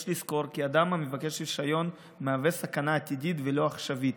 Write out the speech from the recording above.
יש לזכור כי אדם המבקש רישיון מהווה סכנה עתידית ולא עכשווית,